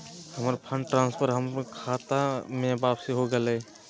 हमर fund transfer हमर खता में वापसी हो गेलय